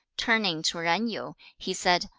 turning to yen yu, he said,